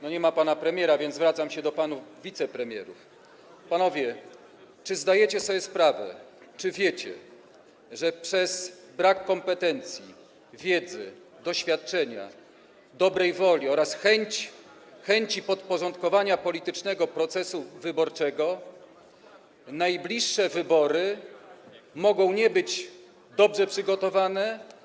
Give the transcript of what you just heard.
Nie ma pana premiera, więc zwracam się do panów wicepremierów: Panowie, czy zdajecie sobie z tego sprawę, czy wiecie, że przez brak kompetencji, wiedzy, doświadczenia, dobrej woli oraz chęć politycznego podporządkowania procesu wyborczego najbliższe wybory mogą nie być dobrze przygotowane?